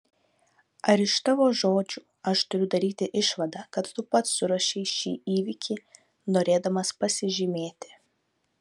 ar iš tavo žodžių aš turiu daryti išvadą kad tu pats suruošei šį įvykį norėdamas pasižymėti